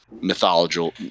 mythological